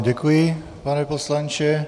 Děkuji vám, pane poslanče.